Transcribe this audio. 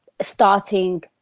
starting